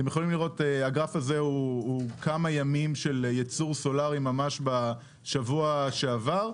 אתם יכולים לראות בגרף הזה כמה ימים של ייצור סולארי ממש בשבוע שעבר,